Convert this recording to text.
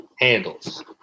handles